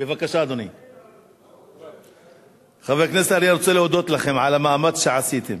חבר הכנסת אריאל רוצה להודות לכם על המאמץ שעשיתם.